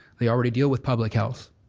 they already deal with public health.